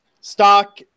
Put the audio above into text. Stock